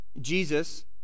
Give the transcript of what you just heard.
Jesus